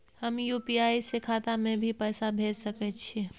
हम यु.पी.आई से खाता में भी पैसा भेज सके छियै?